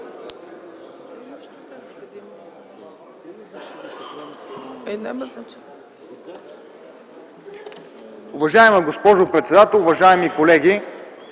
Уважаема госпожо председател, уважаеми колеги!